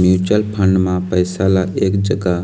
mutual fund म पइसा ल एक जगा